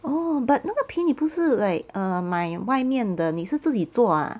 orh but 那个皮你不是 like err 买外面的你是自己做 ah